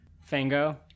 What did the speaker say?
Fango